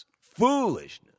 foolishness